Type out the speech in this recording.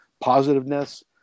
Positiveness